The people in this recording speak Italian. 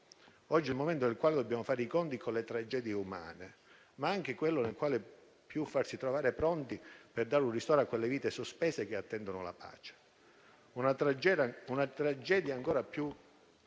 Oggi è il momento nel quale dobbiamo fare i conti con le tragedie umane, ma anche quello nel quale farsi trovare maggiormente pronti per dare un ristoro a quelle vite sospese che attendono la pace. Una tragedia ancora più